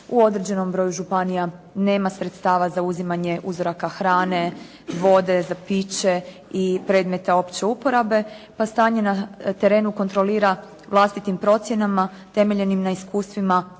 u određenom broju županija nema sredstava za uzimanje uzoraka hrane, vode za piće i predmeta opće uporabe pa stanje na terenu kontrolira vlastitim procjenama temeljenim na iskustvima